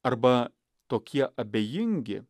arba tokie abejingi